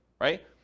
right